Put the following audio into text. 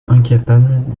incapable